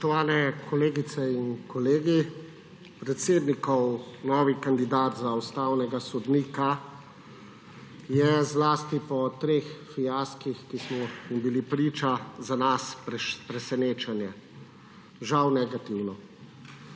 Spoštovane kolegice in kolegi! Predsednikov novi kandidat za ustavnega sodnika je zlasti po treh fiaskih, ki smo jim bili priče, za nas presenečenje. Žal negativno.